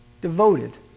devoted